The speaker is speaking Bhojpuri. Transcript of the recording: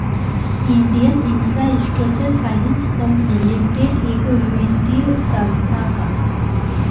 Indian infrastructure finance company limited एगो वित्तीय संस्था ह